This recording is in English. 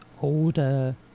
older